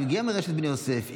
אני מגיע מרשת בני יוסף,